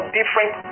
different